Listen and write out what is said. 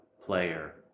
player